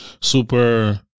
super